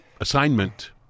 assignment